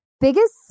Biggest